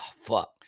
fuck